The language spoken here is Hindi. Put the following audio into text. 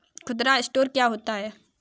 खुदरा स्टोर क्या होता है?